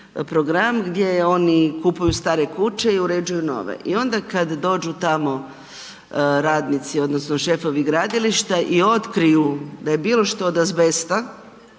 program gdje oni kupuju stare kuće i uređuju nove. I onda kad dođu tamo radnici odnosno šefovi gradilišta i otkriju da je bilo što od azbesta,